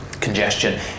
congestion